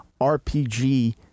RPG